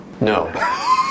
No